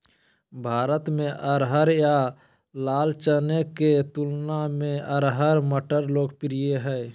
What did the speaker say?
भारत में अरहर या लाल चने के तुलना में अरहर मटर लोकप्रिय हइ